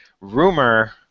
rumor